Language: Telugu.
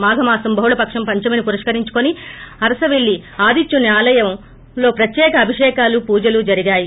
మాఘ మాసం బహుళ పక్షం పంచమిని పురప్కరించకుని అరసవల్లి ఆదిత్యుని ఆలయంలో ప్రత్యేక అభిషకాలు పూజలు జరిగాయి